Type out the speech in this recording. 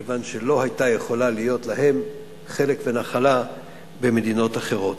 כיוון שלא היו יכולים להיות להם חלק ונחלה במדינות אחרות.